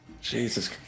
Jesus